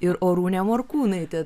ir arūnė morkūnaitė